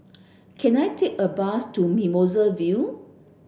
can I take a bus to Mimosa Vale